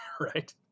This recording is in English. right